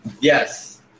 Yes